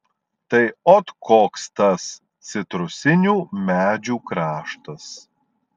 tai ot koks tas citrusinių medžių kraštas